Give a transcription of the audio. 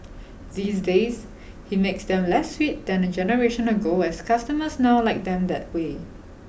these days he makes them less sweet than a generation ago as customers now like them that way